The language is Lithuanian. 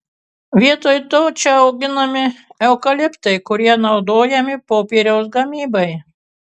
vietoj to čia auginami eukaliptai kurie naudojami popieriaus gamybai